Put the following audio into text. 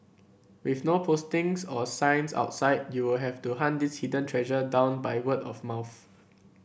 with no postings or signs outside you will have to hunt this hidden treasure down by word of mouth